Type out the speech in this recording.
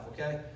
okay